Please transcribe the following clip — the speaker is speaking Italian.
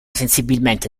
sensibilmente